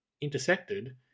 intersected